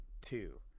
two